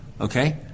Okay